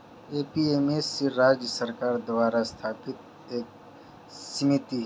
APMC राज्य सरकार द्वारा स्थापित एक समिति है